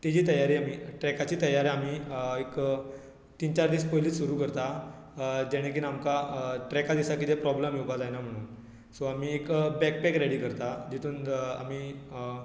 तेजी तयारी आमी ट्रॅकाची तयारी आमी एक तीन चार दीस पयलींच सुरू करता जेणेकीन आमकां ट्रॅका दिसा किदें प्रॉब्लम येवपा जायना म्हुणून सो आमी एक बॅगपॅक रॅडी करता जेतूंत आमी